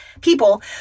people